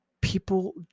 people